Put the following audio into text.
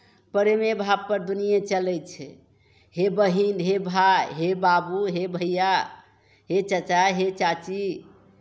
प्रेमे भावपर दुनिएँ चलै छै हे बहीन हे भाय हे बाबू हे भैया हे चचा हे चाची